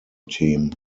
team